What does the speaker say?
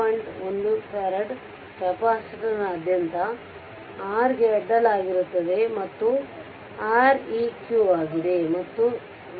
1 farad ಕೆಪಾಸಿಟರ್ನಾದ್ಯಂತ ಅದು R ಗೆ ಅಡ್ಡಲಾಗಿರುತ್ತದೆ ಮತ್ತು ಅದು r Req ಆಗಿದೆ ಮತ್ತು ಅದು v ಸರಿ